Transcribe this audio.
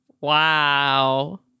Wow